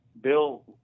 Bill